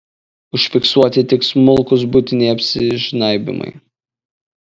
užfiksuoti tik smulkūs buitiniai apsižnaibymai